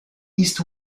east